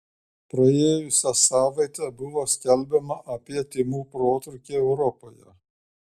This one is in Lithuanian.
praėjusią savaitę buvo skelbiama apie tymų protrūkį europoje